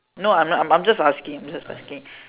no I'm not I'm just asking I'm just asking